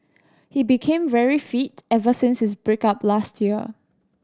he became very fit ever since his break up last year